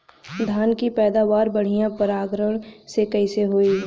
धान की पैदावार बढ़िया परागण से कईसे होई?